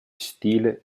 stile